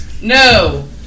No